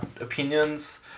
opinions